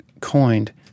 coined